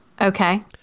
Okay